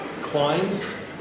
climbs